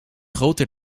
groter